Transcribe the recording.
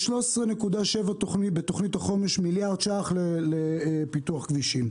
יש 13.7 מיליארד שקלים בתוכנית החומש לפיתוח כבישים.